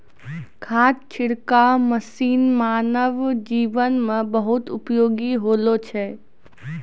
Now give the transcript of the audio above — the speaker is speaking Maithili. खाद छिड़काव मसीन मानव जीवन म बहुत उपयोगी होलो छै